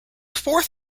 fourth